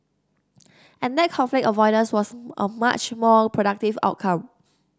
and that conflict avoidance was a much more productive outcome